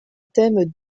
thème